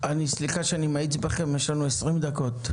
סליחה שאני מאיץ בכם, יש לנו 20 דקות.